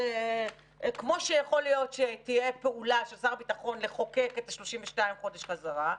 כמו שיכול להיות שתהיה פעולה של שר הביטחון לחוקק את ה-32 חודש חזרה,